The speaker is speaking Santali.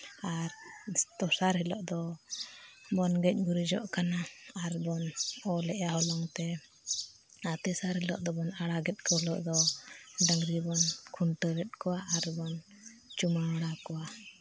ᱟᱨ ᱫᱚᱥᱟᱨ ᱦᱤᱞᱳᱜ ᱫᱚ ᱵᱚᱱ ᱜᱮᱡ ᱜᱩᱨᱤᱡᱚᱜ ᱠᱟᱱᱟ ᱟᱨ ᱵᱚᱱ ᱚᱞ ᱮᱜᱼᱟ ᱦᱚᱞᱚᱝ ᱛᱮ ᱟᱨ ᱛᱮᱥᱟᱨ ᱦᱤᱞᱳᱜ ᱫᱚ ᱟᱲᱟᱜᱮᱛ ᱦᱤᱞᱳᱜ ᱫᱚ ᱰᱟᱹᱝᱨᱤ ᱵᱚᱱ ᱠᱷᱩᱱᱴᱟᱹᱣᱮᱫ ᱠᱚᱣᱟ ᱟᱨ ᱵᱚᱱ ᱪᱩᱢᱟᱹᱲᱟ ᱠᱚᱣᱟ